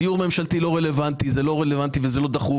דיור ממשלתי הוא לא רלוונטי והוא לא דחוף,